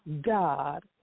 God